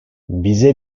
bize